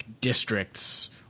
districts